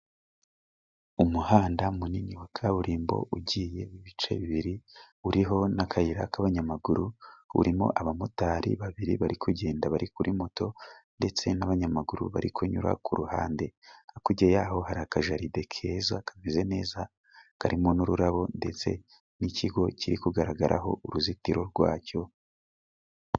Umuhanda munini wa kaburimbo ugiye w'ibice bibiri uriho n'akayira k'abanyamaguru, urimo abamotari babiri bari kugenda bari kuri moto ndetse n'abanyamaguru bari kunyura ku ruhande, hakurya y'aho hari akajaride keza kameze neza karimo n'ururabo ndetse n'ikigo kiri kugaragaraho uruzitiro rwacyo.